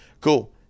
cool